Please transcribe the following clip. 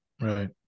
Right